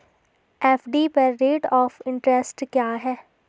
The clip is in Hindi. एफ.डी पर रेट ऑफ़ इंट्रेस्ट क्या है?